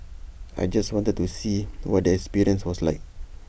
I just wanted to see what the experience was like